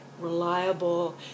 reliable